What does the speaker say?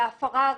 להפרה הראשונה.